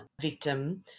victim